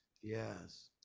yes